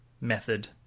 method